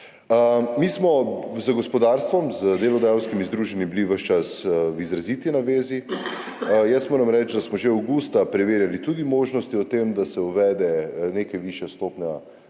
Mi smo bili z gospodarstvom, z delodajalskimi združenji ves čas v izraziti navezi. Moram reči, da smo že avgusta preverjali tudi možnosti o tem, da se uvede neka višja stopnja